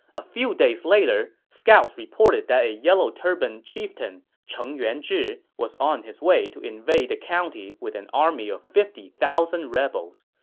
a few days later, scouts reported that the a yellow turban chieftain, cheng yuanzhi, was on his way to invade the county with an army of fifty thousand rebels.